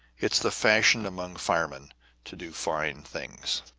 it's the fashion among firemen to do fine things.